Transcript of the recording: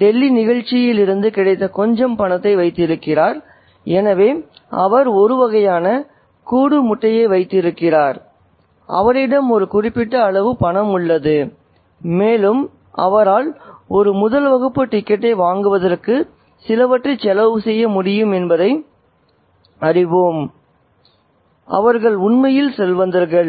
டெல்லி நிகழ்ச்சியிலிருந்து கிடைத்த கொஞ்சம் பணத்தை வைத்திருந்தார் எனவே அவர் ஒரு வகையான கூடு முட்டையை வைத்திருக்கிறார் அவரிடம் ஒரு குறிப்பிட்ட அளவு பணம் உள்ளது மேலும் அவரால் ஒரு முதல் வகுப்பு டிக்கெட்டை வாங்குவதற்கு சிலவற்றைச் செலவிட முடியும் அதனால்தான் இந்த குறிப்பிட்ட சூழலில் அவர் அதிகாரத்துவத்தினரிடையே இருக்கிறார் அவர்கள் உண்மையில் செல்வந்தர்கள்